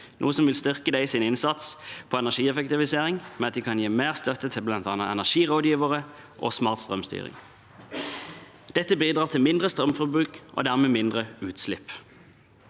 noe som vil styrke deres innsats på energieffektivisering ved at de kan gi mer støtte til bl.a. energirådgivere og smart strømstyring. Dette bidrar til mindre strømforbruk og dermed mindre utslipp.